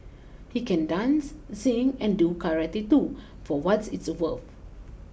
he can dance sing and do karate too for what it's worth